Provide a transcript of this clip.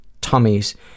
tummies